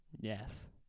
Yes